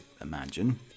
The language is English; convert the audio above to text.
imagine